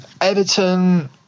Everton